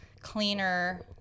cleaner